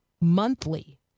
monthly